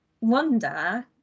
wonder